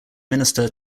minister